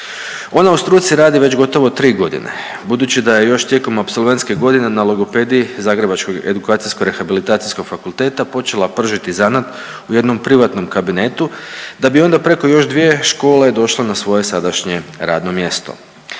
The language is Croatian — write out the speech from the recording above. Ona u struci radi već gotovo tri godine. Budući da je još tijekom apsolventske godine na logopediji zagrebačkog Edukacijsko-rehabilitacijskog fakulteta počela pržiti zanat u jednom privatnom kabinetu da bi onda preko još dvije škole došla na svoje sadašnje radno mjesto.